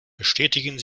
bestätigen